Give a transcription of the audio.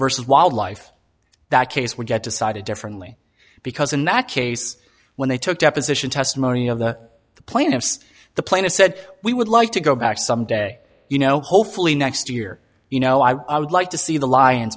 vs wildlife that case would get decided differently because in that case when they took deposition testimony of the plaintiffs the plaintiff said we would like to go back some day you know hopefully next year you know i would like to see the lion